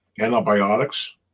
antibiotics